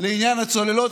בעניין הצוללות.